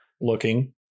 looking